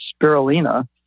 spirulina